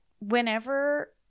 whenever